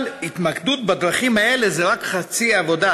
אבל התמקדות בדרכים האלה זו רק חצי עבודה,